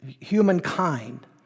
humankind